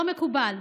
לא מקובל.